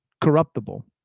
corruptible